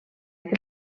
que